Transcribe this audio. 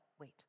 wait